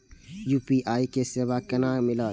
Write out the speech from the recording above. UPI के सेवा केना मिलत?